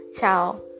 ciao